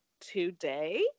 today